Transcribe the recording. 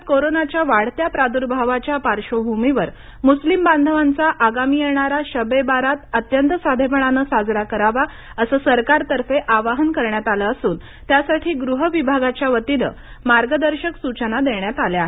राज्यात कोरोनाच्या वाढत्या प्रादूर्भावाच्या पार्श्वभूमीवर मुस्लीम बांधवांचा आगामी येणारा शब ए बारात अत्यंत साधेपणाने साजरा करावा असं सरकारतर्फे आवाहन करण्यात आलं असून त्यासाठी गृह विभागाच्यावतीने मार्गदर्शक सूचना देण्यात आल्या आहेत